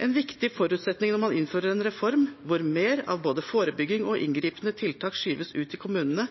En viktig forutsetning når man innfører en reform, hvor mer av både forebygging og inngripende tiltak skyves ut i kommunene,